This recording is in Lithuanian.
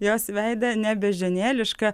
jos veidą ne beždžionėlišką